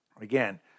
Again